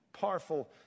powerful